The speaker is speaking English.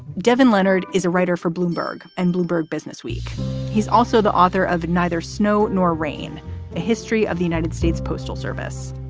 devin leonard is a writer for bloomberg and bloomberg businessweek he's also the author of neither snow nor rain a history of the united states postal service.